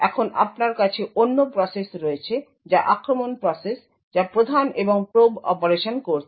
এখন আপনার কাছে অন্য প্রসেস রয়েছে যা আক্রমণ প্রসেস যা প্রধান এবং প্রোব অপারেশন করছে